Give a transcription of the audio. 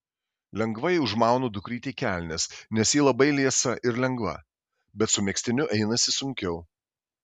lengvai užmaunu dukrytei kelnes nes ji labai liesa ir lengva bet su megztiniu einasi sunkiau